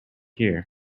here